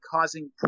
causing